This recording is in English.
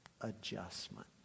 adjustment